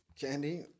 Candy